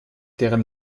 deren